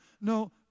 No